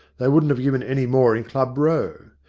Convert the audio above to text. they wouldn't have given any more in club row.